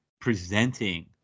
presenting